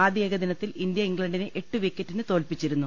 ആദ്യ ഏകദിനത്തിൽ ഇന്ത്യ ഇംഗ്ലണ്ടിനെ എട്ട് വിക്കറ്റിന് തോൽപ്പിച്ചിരുന്നു